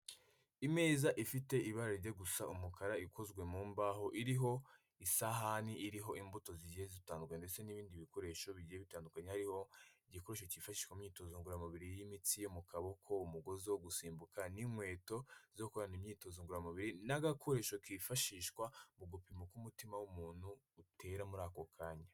Imeza ifite ibara rijya gusa umukara ikozwe mu mbaho, iriho isahani iriho imbuto zigiye zitandukanye ndetse n'ibindi bikoresho bigiye bitandukanye, hariho igikoresho cyifashishwa mu imyitozo ngoramubiri y'imitsi yo mu kaboko, umugozi wo gusimbuka, n'inkweto zo gukorana imyitozo ngoramubiri, n'agakoresho kifashishwa mu gupima uko umutima w'umuntu utera muri ako kanya.